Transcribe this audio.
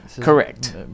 Correct